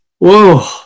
Whoa